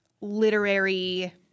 literary